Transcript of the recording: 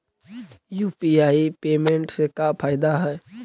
UPI payment से का फायदा है?